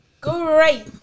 Great